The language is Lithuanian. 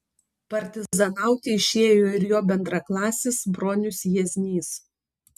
partizanauti išėjo ir jo bendraklasis bronius jieznys